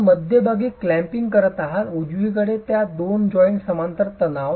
तर आपण मध्यभागी क्लॅम्पिंग करत आहात उजवीकडे त्या दोन जॉइंटस समांतर तणाव